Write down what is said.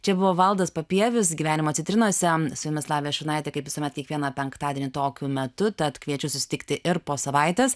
čia buvo valdas papievis gyvenimo citrinose su jumis lavija šurnaitė kaip visuomet kiekvieną penktadienį tokiu metu tad kviečiu susitikti ir po savaitės